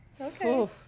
Okay